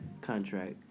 contract